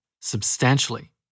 Substantially